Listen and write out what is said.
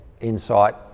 insight